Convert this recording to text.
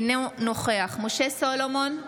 אינו נוכח משה סולומון,